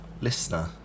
listener